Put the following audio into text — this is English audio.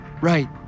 Right